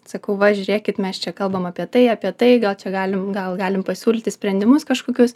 sakau va žiūrėkit mes čia kalbam apie tai apie tai gal čia galim gal galim pasiūlyti sprendimus kažkokius